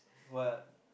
what